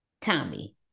Tommy